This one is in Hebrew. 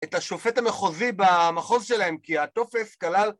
את השופט המחוזי במחוז שלהם כי התופס כלל